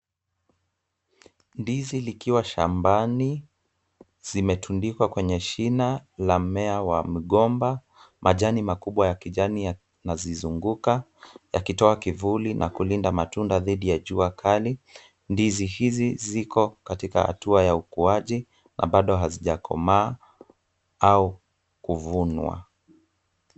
Ndizi likiwa shambani zimetundikwa kwenye shina la mmea wa mgomba. Majani makubwa ya kijani yanazizunguka yakitoa kivuli na kulinda matunda dhidi ya jua kali. Ndizi hizi ziko katika hatua ya ukuaji na bado hazijakomaa au kuvunwa.